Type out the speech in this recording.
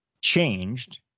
changed